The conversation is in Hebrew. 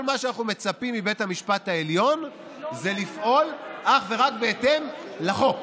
כל מה שאנחנו מצפים מבית המשפט העליון זה לפעול אך ורק בהתאם לחוק,